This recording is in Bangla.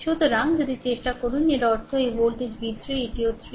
সুতরাং যদি চেষ্টা করুন এর অর্থ এই ভোল্টেজ v3 এটিও 3